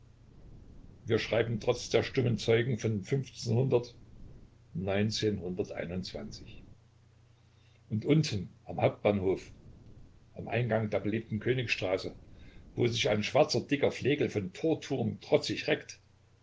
wir schreiben trotz der stummen zeugen von und unten am hauptbahnhof am eingang der belebten königstraße wo sich ein schwarzer dicker flegel von torturm trotzig reckt